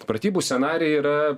pratybų scenarijai yra